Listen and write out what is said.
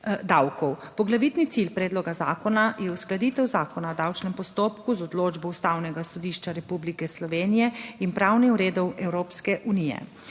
Poglavitni cilj predloga zakona je uskladitev Zakona o davčnem postopku z odločbo Ustavnega sodišča Republike Slovenije in pravnim redom Evropske unije.